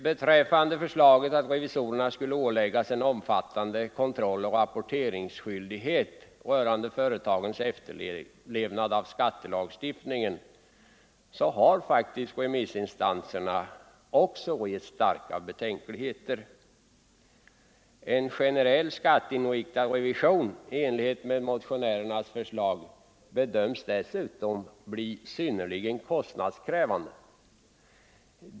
Mot förslaget att revisorerna skulle åläggas en omfattande kontrolloch rapporteringsskyldighet rörande företagens efterlevnad av skattelagstiftningen har faktiskt remissinstanserna också rest starka betänkligheter. En generell skatteinriktad revision i enlighet med motionärernas förslag bedöms dessutom bli synnerligen kostnadskrävande.